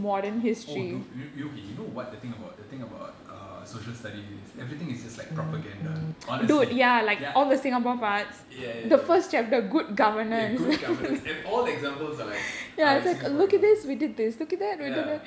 oh dude you know you know okay you know what the thing about the thing about uh social studies is everything is just like propaganda honestly ya ya ya ya ya good governance and all the examples are like are like singapore examples ya